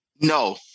No